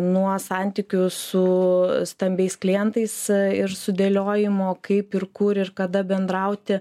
nuo santykių su stambiais klientais ir sudėliojimo kaip ir kur ir kada bendrauti